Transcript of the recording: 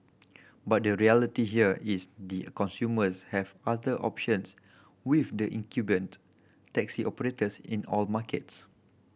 but the reality here is consumers have other options with the incumbent taxi operators in all markets